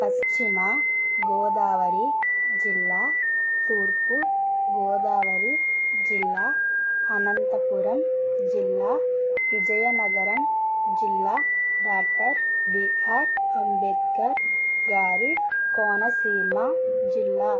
పశ్చిమ గోదావరి జిల్లా తూర్పుగోదావరి జిల్లా అనంతపురం జిల్లా విజయనగరం జిల్లా డాక్టర్ బిఆర్ అంబేద్కర్ గారి కోనసీమ జిల్లా